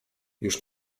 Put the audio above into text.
już